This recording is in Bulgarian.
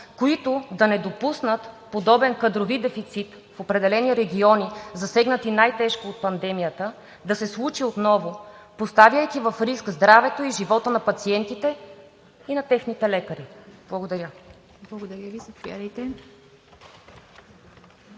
които да не допуснат подобен кадрови дефицит в определени региони, засегнати най-тежко от пандемията, да се случи отново, поставяйки в риск здравето и живота на пациентите и на техните лекари? Благодаря. ПРЕДСЕДАТЕЛ ИВА